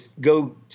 go